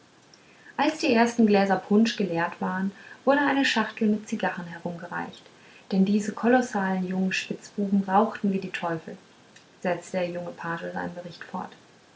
als die ersten gläser punsch geleert waren wurde eine schachte mit zigarren herumgereicht denn diese kolossalen jungen spitzbuben rauchten wie die teufel setzte der junge page seinen bericht fort